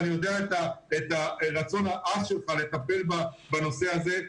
אני יודע את הרצון העז שלך לטפל בנושא הזה.